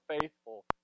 faithful